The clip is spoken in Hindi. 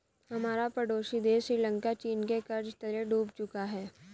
हमारा पड़ोसी देश श्रीलंका चीन के कर्ज तले डूब चुका है